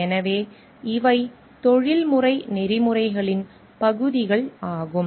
எனவே இவை தொழில்முறை நெறிமுறைகளின் பகுதிகள் ஆகும்